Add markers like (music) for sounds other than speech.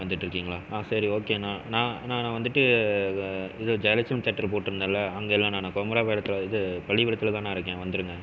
வந்துட்டுருக்கீங்களா சரி ஓகேண்ணா நான் நான் வந்துட்டு இது ஜெயலட்சுமி தேட்டர் போட்டிருந்தேன்ல அங்கேல்லண்ணா நான் (unintelligible) இது பள்ளிக்கூடத்தில்தாண்ணா இருக்கேன் வந்துடுங்க